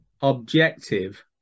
objective